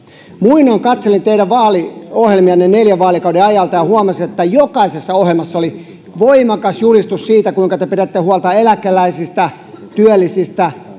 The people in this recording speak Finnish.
muinoin katselin teidän vaaliohjelmianne neljän vaalikauden ajalta ja huomasin että jokaisessa ohjelmassa oli voimakas julistus siitä kuinka te pidätte huolta eläkeläisistä työllisistä